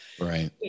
right